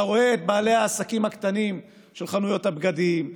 אתה רואה את בעלי העסקים הקטנים של חנויות הבגדים,